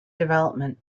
development